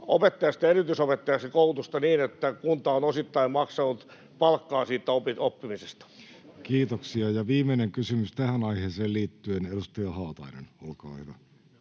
opettajasta erityisopettajaksi niin, että kunta on osittain maksanut palkkaa siitä oppimisesta. Kiitoksia. — Viimeinen kysymys tähän aiheeseen liittyen, edustaja Haatainen, olkaa hyvä.